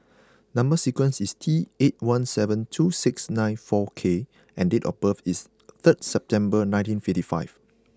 number sequence is T eight one seven two six nine four K and date of birth is third September nineteen fifty five